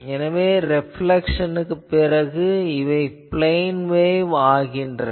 எனவே ரேப்லேக்சனுக்குப் பிறகு இவை பிளேன் வேவ் ஆகின்றன